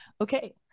Okay